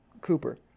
Cooper